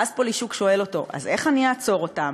ואז פולישוק שואל אותו: אז איך אני אעצור אותם?